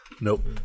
Nope